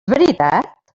veritat